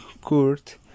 court